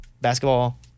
Basketball